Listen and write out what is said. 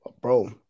Bro